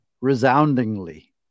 resoundingly